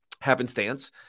happenstance